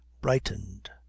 brightened